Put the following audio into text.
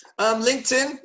LinkedIn